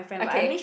okay